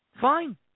Fine